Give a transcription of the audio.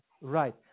Right